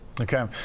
Okay